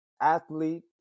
athlete